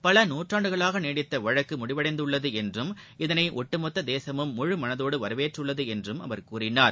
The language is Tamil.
பல பத்தாண்டுகள் நீடித்த வழக்கு முடிவடைந்துள்ளது என்றும் இதனை ஒட்டுமொத்த தேசமும் முழுமனதோடு வரவேற்றுள்ளது என்றும் அவர் கூறினார்